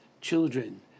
children